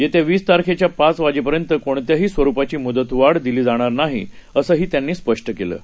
येत्या वीस तारखेच्या पाच वाजेनंतर कोणत्याही स्वरूपाची मुदतवाढ दिली जाणार नाही असं त्यांनी स्पष्ट केलं आहे